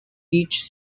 each